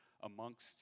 amongst